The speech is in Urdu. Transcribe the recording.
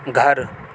گھر